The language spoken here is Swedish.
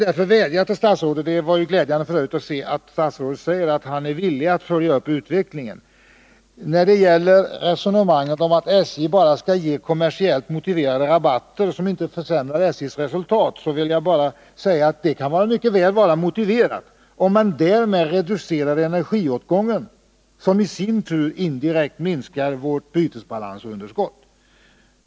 Herr talman! Det var glädjande att höra att statsrådet är villig att följa utvecklingen. När det gäller resonemanget om att SJ bara skall ge kommersiellt motiverade rabatter, som inte försämrar SJ:s resultat, vill jag anföra att det mycket väl kan vara motiverat att ge ytterligare rabatt — om man därmed reducerar energiåtgången, vilket i sin tur minskar vårt bytesbalansunderskott.